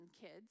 kids